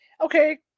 Okay